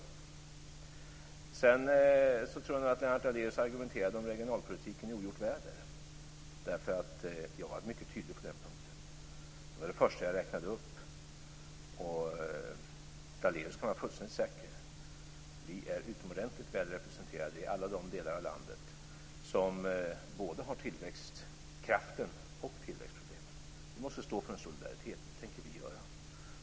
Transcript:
Jag tror att Lennart Daléus var ute i ogjort väder när han argumenterade om regionalpolitiken. Jag har varit mycket tydlig på den punkten. Det var det första jag räknade upp. Lennart Daléus kan vara fullkomligt säker. Vi är utomordentligt väl representerade i alla de delar av landet som både har tillväxtkraften och tillväxtproblemen. Vi måste stå för solidaritet. Det tänker vi göra.